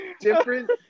different